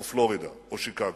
או פלורידה, או שיקגו.